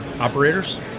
operators